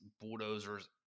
bulldozers